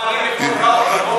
מוכנים לבנות לגובה,